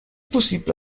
possible